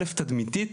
א', תדמיתית.